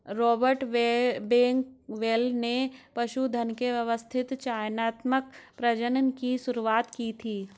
Robert Bakewell ने पशुधन के व्यवस्थित चयनात्मक प्रजनन की शुरुआत की थी